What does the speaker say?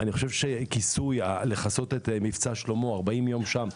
זה היה כיסוי מבצע שלמה במשך 40 יום שם,